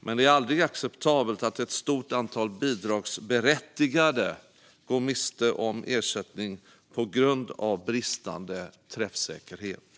Men det är aldrig acceptabelt att ett stort antal bidragsberättigade går miste om ersättning på grund av bristande träffsäkerhet.